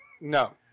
No